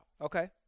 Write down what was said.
Okay